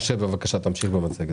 משה, בבקשה, תמשיך במצגת.